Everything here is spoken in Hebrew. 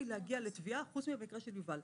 להגיע לתביעה חוץ מאשר במקרה של יובל.